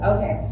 Okay